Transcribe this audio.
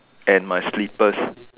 and my slippers